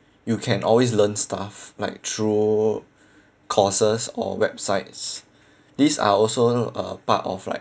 you can always learn stuff like through courses or websites these are also a part of like